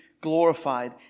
glorified